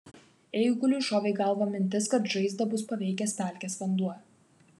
eiguliui šovė į galvą mintis kad žaizdą bus paveikęs pelkės vanduo